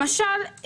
למשל,